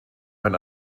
kein